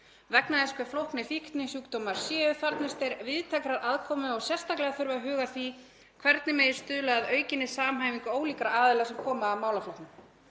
Vegna þess hve flóknir fíknisjúkdómar séu þarfnist þeir víðtækrar aðkomu og sérstaklega þurfi að huga að því hvernig megi stuðla að aukinni samhæfingu ólíkra aðila sem koma að málaflokknum.“